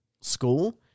school